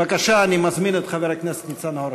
בבקשה, אני מזמין את חבר הכנסת ניצן הורוביץ.